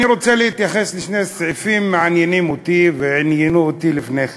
אני רוצה להתייחס לשני סעיפים שמעניינים אותי ועניינו אותי לפני כן.